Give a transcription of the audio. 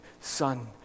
Son